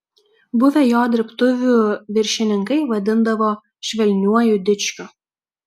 buvę jo dirbtuvių viršininkai vadindavo švelniuoju dičkiu